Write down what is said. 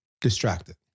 distracted